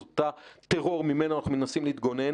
את אותו טרור ממנו אנחנו מנסים להתגונן.